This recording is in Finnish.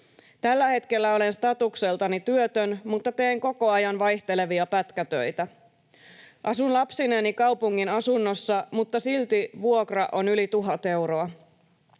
Tällä hetkellä olen statukseltani työtön, mutta teen koko ajan vaihtelevia pätkätöitä. Asun lapsineni kaupungin asunnossa, mutta silti vuokra on yli tuhat euroa.